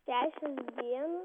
šešios dienos